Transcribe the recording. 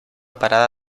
parada